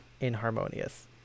inharmonious